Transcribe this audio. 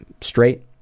straight